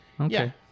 Okay